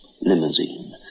limousine